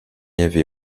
avait